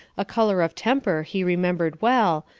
a colour of temper he remembered well,